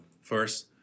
First